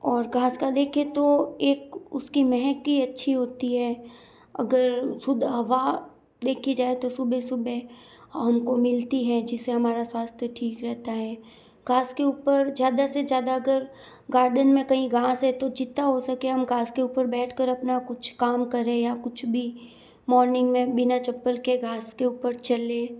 और घास का देखें तो एक उसकी महक ही अच्छी होती है अगर शुद्ध हवा देखी जाए तो सुबह सुबह हमको मिलती है जिससे हमारा स्वास्थ्य ठीक रहता है घास के ऊपर ज़्यादा से ज़्यादा अगर गार्डन में कहीं घास है तो जितना हो सके हम घास के ऊपर बैठ कर अपना कुछ काम करें या कुछ भी मॉर्निंग में बिना चप्पल के घास के ऊपर चले